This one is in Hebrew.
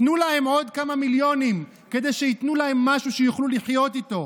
תנו להם עוד כמה מיליונים כדי שייתנו להם משהו שיוכלו לחיות איתו.